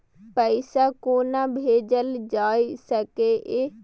पैसा कोना भैजल जाय सके ये